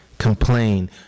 complain